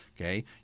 okay